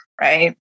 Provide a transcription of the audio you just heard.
right